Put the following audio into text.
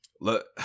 Look